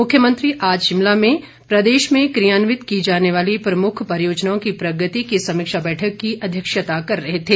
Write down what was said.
मुख्यमंत्री आज शिमला में प्रदेश में कियान्वित की जाने वाली प्रमुख परियोजनाओं की प्रगति की समीक्षा बैठक की अध्यक्षता कर रहे थे